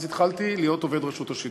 אז התחלתי להיות עובד רשות השידור.